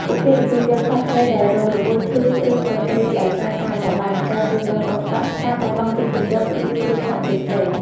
ពួកគេទទួលយកសត្វព្រៃដែលរងរបួស ឈឺ ឬកំព្រាដោយសារការបរបាញ់ ការជួញដូរខុសច្បាប់ ការបាត់បង់ទីជម្រក ឬគ្រោះថ្នាក់ផ្សេងៗ។